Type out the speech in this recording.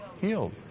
healed